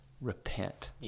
repent